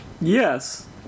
Yes